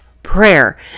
prayer